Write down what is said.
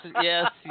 yes